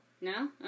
No